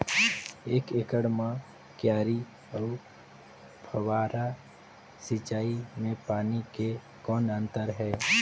एक एकड़ म क्यारी अउ फव्वारा सिंचाई मे पानी के कौन अंतर हे?